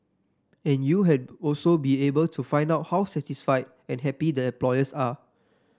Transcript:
and you had also be able to find out how satisfied and happy the employees are